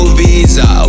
visa